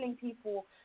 people